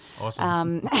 Awesome